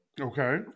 Okay